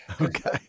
Okay